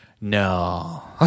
no